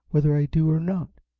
whether i do or not,